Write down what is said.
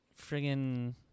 friggin